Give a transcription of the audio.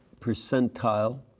percentile